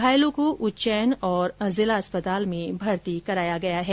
घायलों को उच्चैन और जिला अस्पताल में भर्ती कराया गया है